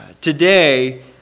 Today